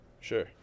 Sure